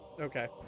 Okay